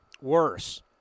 Worse